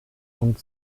und